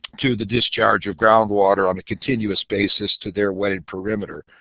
to the discharge of groundwater on a continuous basis to their wetted parameter.